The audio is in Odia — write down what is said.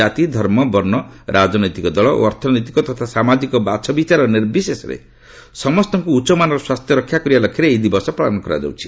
ଜାତି ଧର୍ମ ବର୍ଣ୍ଣ ରାଜନୈତିକ ଦଳ ଓ ଅର୍ଥନୈତିକ ତଥା ସାମାଜିକ ବାଛବିଚାର ନିର୍ବିଶେଷରେ ସମସ୍ତଙ୍କୁ ଉଚ୍ଚମାନର ସ୍ୱାସ୍ଥ୍ୟ ରକ୍ଷା କରିବା ଲକ୍ଷ୍ୟରେ ଏହି ଦିବସ ପାଳନ କରାଯାଉଛି